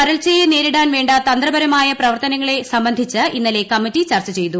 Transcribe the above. വരൾച്ചയെ നേരിടാൻവേണ്ട തന്ത്രപരമായ പ്രവർത്തനങ്ങളെ സംബന്ധിച്ച് ഇന്നലെ കമ്മിറ്റി ചർച്ച ചെയ്തു